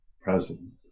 present